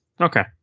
Okay